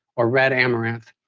or red amaranth.